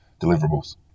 deliverables